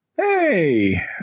hey